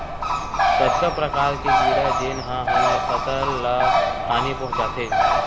कतका प्रकार के कीड़ा जेन ह हमर फसल ल हानि पहुंचाथे?